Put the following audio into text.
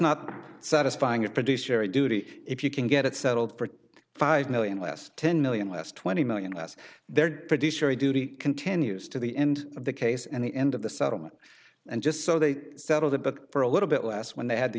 not satisfying it produce very duty if you can get it settled for five million last ten million less twenty million less they're pretty sure a duty continues to the end of the case and the end of the settlement and just so they settled it but for a little bit less when they had the